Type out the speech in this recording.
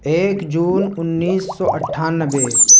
ایک جون انیس سو اٹھانوے